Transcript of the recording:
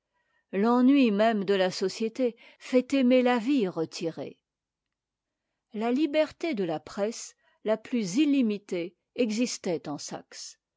l'ennui même de la société fait aimer la vie retirée la liberté de la presse la plus illimitée existait en saxe